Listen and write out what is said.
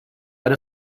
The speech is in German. eine